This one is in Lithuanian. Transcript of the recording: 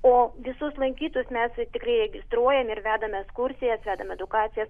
o visus lankytojus mes tikrai registruojame ir vedame ekskursijas vedam edukacijas